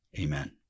Amen